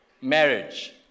marriage